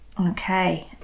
Okay